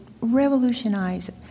revolutionize